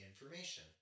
information